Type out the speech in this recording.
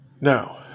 Now